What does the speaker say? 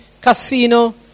casino